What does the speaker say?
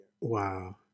wow